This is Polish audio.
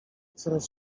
coraz